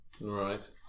Right